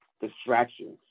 distractions